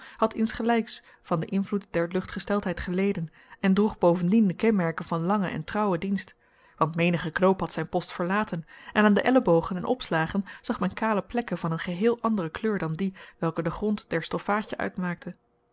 had insgelijks van den invloed der luchtgesteldheid geleden en droeg bovendien de kenmerken van lange en trouwe diensten want menige knoop had zijn post verlaten en aan de ellebogen en opslagen zag men kale plekken van een geheel andere kleur dan die welke den grond der stoffaadje uitmaakte